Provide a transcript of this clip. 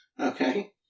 Okay